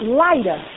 lighter